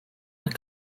were